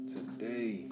Today